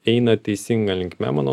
eina teisinga linkme mano